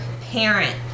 parent